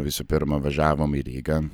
visų pirma važiavom į rygą